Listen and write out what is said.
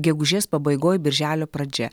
gegužės pabaigoj birželio pradžia